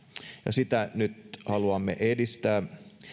sitä nyt haluamme edistää